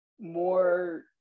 More